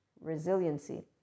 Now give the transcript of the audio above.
resiliency